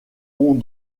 ont